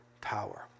power